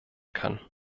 kann